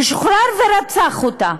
הוא שוחרר ורצח אותה.